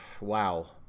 wow